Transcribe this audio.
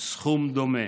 סכום דומה.